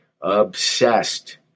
Obsessed